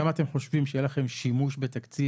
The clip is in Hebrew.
כמה אתם חושבים שיהיה לכם שימוש בתקציב,